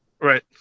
Right